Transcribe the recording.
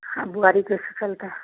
हाँ बुआरी का